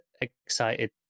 excited